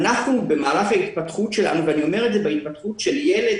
אנחנו במהלך ההתפתחות שלנו אני מדבר על התפתחות של ילד,